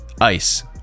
Ice